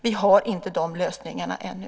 Vi har inte de lösningarna ännu.